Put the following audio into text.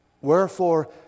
Wherefore